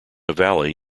valley